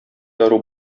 дару